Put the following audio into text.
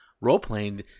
role-playing